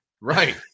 right